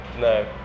no